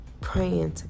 praying